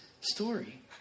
story